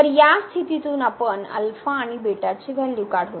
तर या स्थितीतून आपण आणि ची व्हॅल्यू काढू